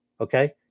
okay